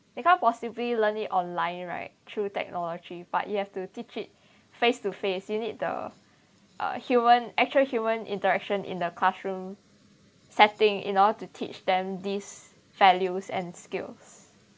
they can't possibly learn it online right through technology but you have to teach it face to face you need the uh human actual human interaction in the classroom setting in order to teach them these values and skills